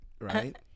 right